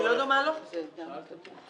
אדוני היושב-ראש,